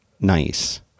nice